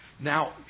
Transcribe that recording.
Now